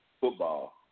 football